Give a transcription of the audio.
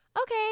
okay